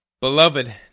Beloved